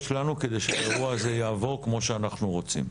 שלנו כדי שהאירוע הזה יעבור כמו שאנחנו רוצים.